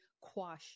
quash